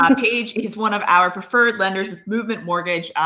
um paige is one of our preferred lenders with movement mortgage.